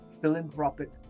philanthropic